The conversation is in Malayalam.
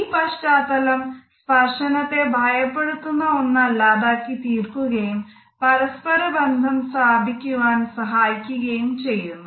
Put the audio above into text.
ഈ പശ്ചാത്തലം സ്പർശനത്തെ ഭയപ്പെടുത്തുന്ന ഒന്നല്ലാതാക്കി തീർക്കുകയും പരസ്പര ബന്ധം സ്ഥാപിക്കുവാൻ സഹായിക്കുകയും ചെയ്യുന്നു